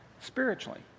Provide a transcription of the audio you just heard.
spiritually